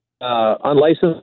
unlicensed